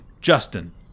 Justin